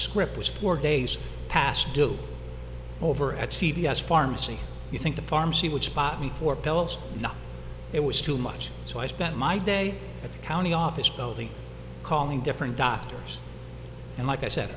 script was four days past due over at c v s pharmacy you think the pharmacy would spot me for pellets no it was too much so i spent my day at the county office building calling different doctors and like i said